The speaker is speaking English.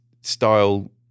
style